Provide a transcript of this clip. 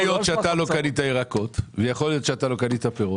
קנית ירקות ופירות.